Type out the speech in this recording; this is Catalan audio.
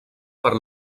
per